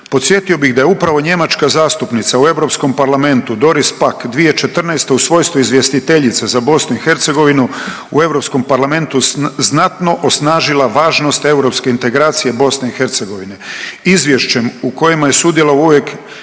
Podsjetio bih da je upravo njemačka zastupnica u Europskom parlamentu Doris Pack 2014. u svojstvu izvjestiteljice za Bosnu i Hercegovinu u Europskom parlamentu znatno osnažila važnost europske integracije Bosne i Hercegovine izvješćem u kojem je sudjelovao uvijek